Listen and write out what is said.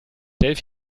mit